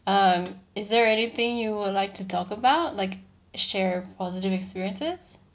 um is there anything you would like to talk about like share positive experiences